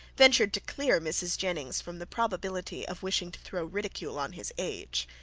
ventured to clear mrs. jennings from the probability of wishing to throw ridicule on his age.